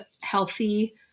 healthy